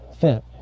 fit